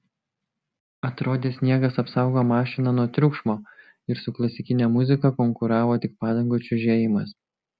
atrodė sniegas apsaugo mašiną nuo triukšmo ir su klasikine muzika konkuravo tik padangų čiužėjimas